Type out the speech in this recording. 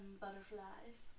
butterflies